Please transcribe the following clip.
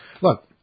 Look